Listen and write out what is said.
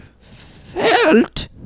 felt